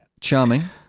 charming